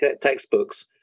textbooks